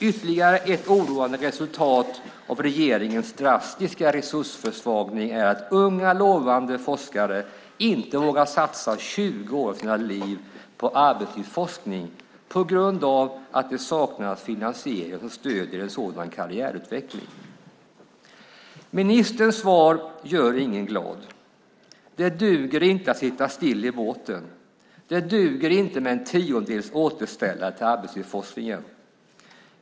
Ytterligare ett oroande resultat av regeringens drastiska resursförsvagning är att unga, lovande forskare inte vågar satsa 20 år av sina liv på arbetslivsforskning på grund av att det saknas finansiering och stöd i en sådan karriärutveckling. Ministerns svar gör ingen glad. Det duger inte att sitta still i båten. Det duger inte med en tiondels återställare till arbetslivsforskningen.